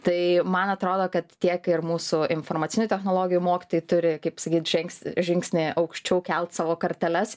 tai man atrodo kad tiek ir mūsų informacinių technologijų mokytojai turi kaip sakyt žengs žingsnį aukščiau kelt savo korteles